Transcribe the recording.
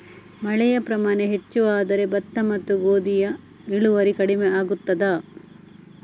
ಮಳೆಯ ಪ್ರಮಾಣ ಹೆಚ್ಚು ಆದರೆ ಭತ್ತ ಮತ್ತು ಗೋಧಿಯ ಇಳುವರಿ ಕಡಿಮೆ ಆಗುತ್ತದಾ?